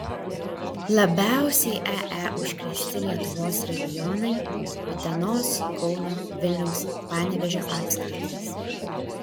labiausiai ee užkrėsti lietuvos regionai utenos kauno vilniaus panevėžio apskritys